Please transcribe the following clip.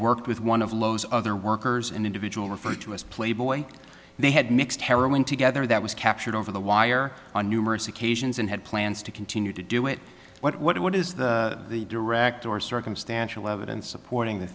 worked with one of lowe's other workers an individual referred to as playboy they had mixed heroin together that was captured over the wire on numerous occasions and had plans to continue to do it what is the direct or circumstantial evidence supporting the